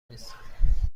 نیستم